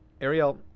Ariel